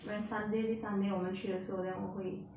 when sunday this sunday 我们去的时候 then 我会